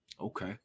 Okay